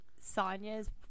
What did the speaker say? sonya's